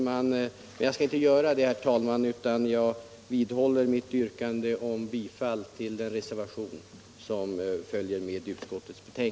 Jag skall dock inte göra det utan jag vidhåller mitt yrkande om bifall till reservationen.